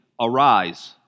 Arise